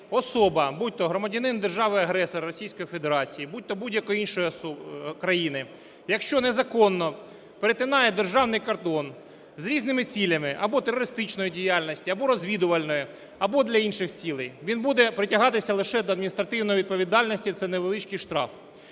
особа будь-то громадянин держави-агресора Російської Федерації, будь-то будь-яка інша особа… країни, якщо незаконно перетинає державний кордон з різними цілями – або терористичною діяльністю, або розвідувальною, або для інших цілей – він буде притягатися лише до адміністративної відповідальності, це невеличкий штраф.